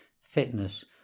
fitness